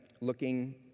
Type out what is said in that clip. looking